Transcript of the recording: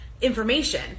information